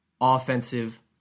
offensive